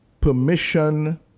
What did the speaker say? permission